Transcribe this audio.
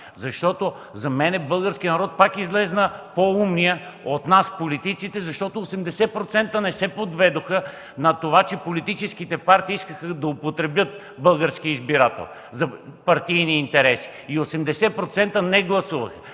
партии? За мен българският народ пак излезе по-умният от нас, политиците, защото 80% не се подведоха на това, че политическите партии искаха да употребят българския избирател за партийни интереси и 80% не гласуваха.